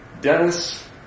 Dennis